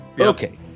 Okay